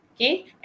Okay